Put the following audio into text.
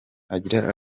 agira